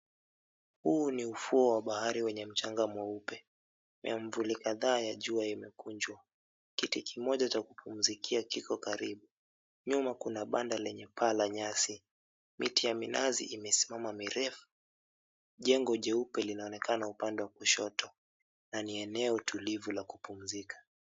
Huu ni ufuo wa bahari wenye mchanga mweupe. Miavuli kadhaa ya jua imekunjwa , kiti kimoja cha kupumzikia kiko karibu, nyuma kuna banda lenye paa la nyasi, miti ya minazi imesimama mirefu, jengo jeupe linaonekana upande wa kushoto na ni eneo tulivu la kupumzika.